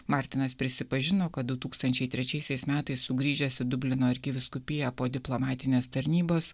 martinas prisipažino kad du tūkstančiai trečiaisiais metais sugrįžęs į dublino arkivyskupiją po diplomatinės tarnybos